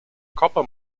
copper